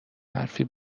حرفی